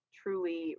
truly